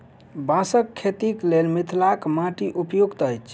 बाँसक खेतीक लेल मिथिलाक माटि उपयुक्त अछि